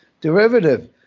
derivative